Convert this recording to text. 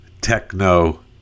techno